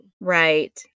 Right